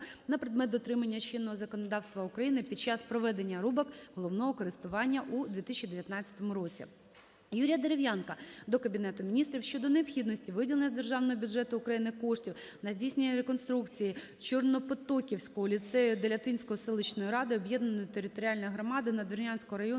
на предмет дотримання чинного законодавства України під час проведення рубок головного користування у 2019 році. Юрія Дерев'янка до Кабінету Міністрів щодо необхідності виділення з Державного бюджету України коштів на здійснення реконструкції Чорнопотоківського ліцею Делятинської селищної ради об'єднаної територіальної громади Надвірнянського району